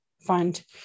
find